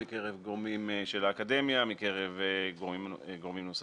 מקרב גורמים של האקדמיה ומקרב גורמים נוספים.